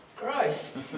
Gross